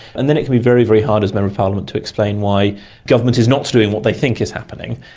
and then it can be very, very hard as a member of parliament to explain why government is not doing what they think is happening,